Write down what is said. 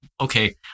okay